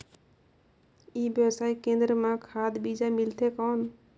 ई व्यवसाय केंद्र मां खाद बीजा मिलथे कौन?